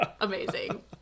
Amazing